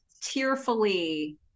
tearfully